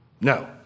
No